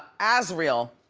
azriel,